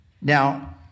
Now